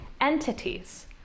entities